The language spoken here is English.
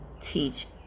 teach